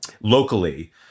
locally